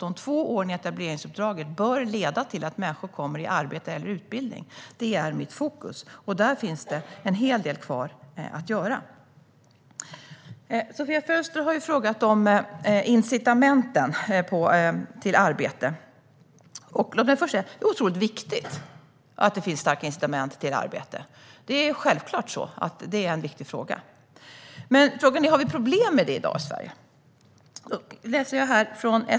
De två åren i etableringsuppdraget bör leda till att människor kommer i arbete eller utbildning. Det är mitt fokus. Där finns det en hel del kvar att göra. Sofia Fölster har frågat om incitamenten till arbete. Låt mig först säga att jag tror att det är otroligt viktigt att det finns starka incitament till arbete. Det är självklart en viktig fråga. Frågan är dock: Har vi problem med detta i Sverige i dag?